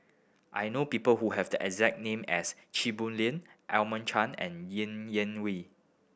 I know people who have the exact name as Chia Boon Leong Edmund Cheng and Ng Yak Whee